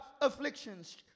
afflictions